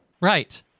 Right